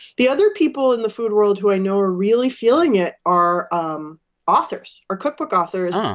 the other people in the food world who i know are really feeling it are um authors are cookbook authors.